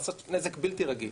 לעשות נזק בלתי רגיל,